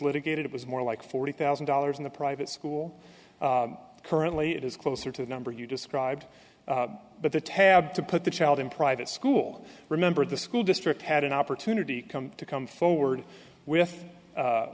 litigated it was more like forty thousand dollars in the private school currently it is closer to the number you described but the tab to put the child in private school remember the school district had an opportunity come to come forward with